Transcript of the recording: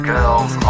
Girls